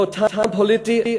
ללא טעם פוליטי,